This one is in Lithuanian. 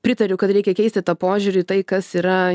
pritariu kad reikia keisti tą požiūrį tai kas yra